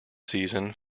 season